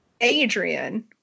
Adrian